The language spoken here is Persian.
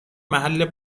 محل